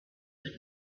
would